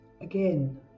again